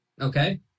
Okay